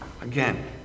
Again